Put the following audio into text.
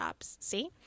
See